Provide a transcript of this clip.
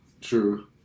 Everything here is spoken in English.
true